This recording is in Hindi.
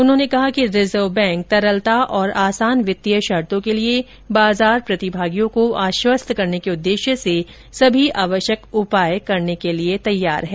उन्होंने कहा कि रिजर्व बैंक तरलता और आसान वित्तीय शर्तो के लिए बाजार प्रतिभागियों को आश्वस्त करने के उददेश्य से सभी आवश्यक उपाय करने के लिए तैयार है